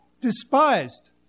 despised